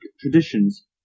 traditions